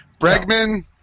Bregman